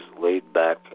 laid-back